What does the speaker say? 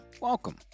welcome